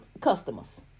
customers